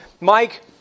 Mike